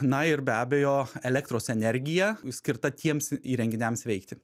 na ir be abejo elektros energija skirta tiems įrenginiams veikti